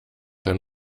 herrn